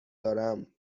دارم